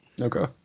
Okay